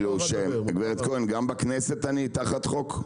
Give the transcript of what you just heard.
גברת כהן, גם בכנסת אני תחת חוק?